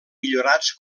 millorats